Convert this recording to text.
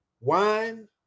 wine